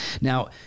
Now